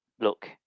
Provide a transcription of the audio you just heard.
look